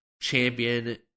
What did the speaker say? champion